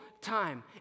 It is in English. time